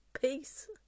peace